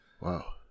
Wow